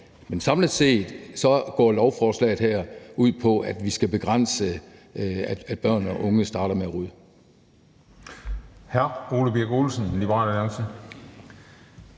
Men samlet set går lovforslaget her ud på, at vi skal begrænse, at børn og unge starter med at ryge.